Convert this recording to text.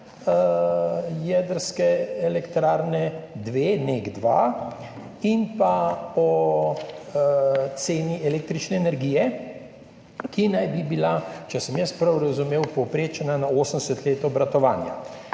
jedrske elektrarne dve, NEK2, in o ceni električne energije, ki naj bi bila, če sem jaz prav razumel, povprečna na 80 let obratovanja,